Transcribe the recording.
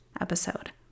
episode